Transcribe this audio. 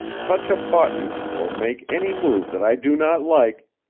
touch a button or make any move that i do not like,